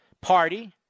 Party